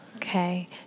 Okay